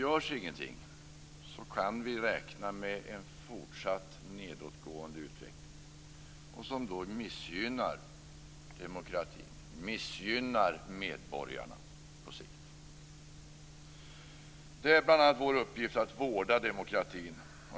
Görs ingenting kan vi räkna med en fortsatt nedåtgående utveckling, som då missgynnar demokratin och på sikt missgynnar medborgarna. Det är bl.a. vår uppgift att vårda demokratin.